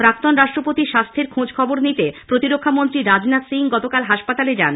প্রাক্তন রাষ্ট্রপতির স্বাস্থ্যের খোঁজখবর নিতে প্রতিরক্ষামন্ত্রী রাজনাথ সিং গতকাল হাসপাতালে যান